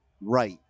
right